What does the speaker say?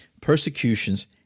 persecutions